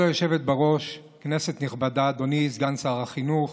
היושבת-ראש, כנסת נכבדה, אדוני סגן שר החינוך